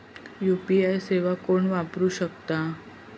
UPI सेवा कोण वापरू शकता?